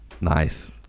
Nice